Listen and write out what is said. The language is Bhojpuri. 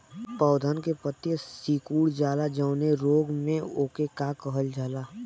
पौधन के पतयी सीकुड़ जाला जवने रोग में वोके का कहल जाला?